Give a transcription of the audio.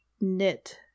knit